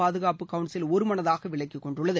பாதுகாப்பு கவுன்சில் ஒருமனதாக விலக்கி கொண்டுள்ளது